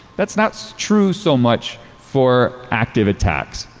that's not so true so much for active attacks